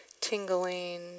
tingling